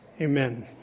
Amen